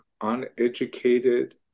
uneducated